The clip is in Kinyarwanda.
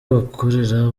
abakorera